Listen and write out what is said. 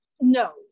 no